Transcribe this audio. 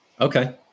Okay